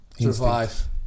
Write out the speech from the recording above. survive